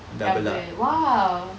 double !wow!